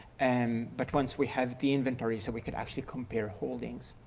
and but once we have the inventories so we can actually compare holdings.